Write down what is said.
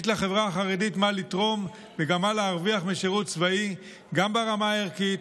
יש לחברה החרדית מה לתרום וגם מה להרוויח משירות צבאי גם ברמה הערכית,